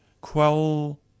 quell